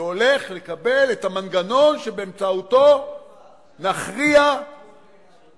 שהולך לקבל את המנגנון שבאמצעותו נכריע את